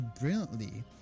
brilliantly